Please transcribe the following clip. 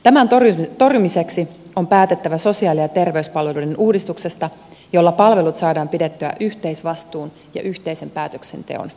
tämän torjumiseksi on päätettävä sosiaali ja terveyspalveluiden uudistuksesta jolla palvelut saadaan pidettyä yhteisvastuun ja yhteisen päätöksenteon piirissä